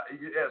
Yes